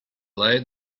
late